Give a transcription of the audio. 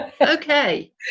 okay